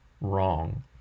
wrong